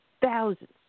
thousands